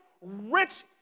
rich